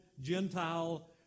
Gentile